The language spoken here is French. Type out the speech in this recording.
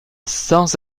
sans